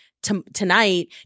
Tonight